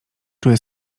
czuję